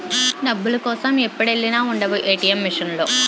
డబ్బుల కోసం ఎప్పుడెల్లినా ఉండవు ఏ.టి.ఎం మిసన్ లో